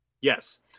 Yes